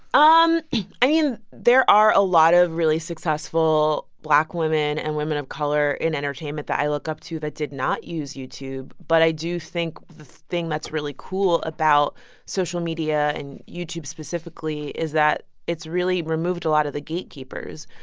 um i mean, there are a lot of really successful black women and women of color in entertainment that i look up to that did not use youtube, but i do think the thing that's really cool about social media and youtube specifically is that it's really removed a lot of the gatekeepers.